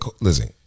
listen